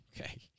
okay